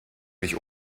mich